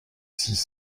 six